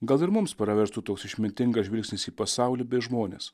gal ir mums praverstų toks išmintingas žvilgsnis į pasaulį bei žmones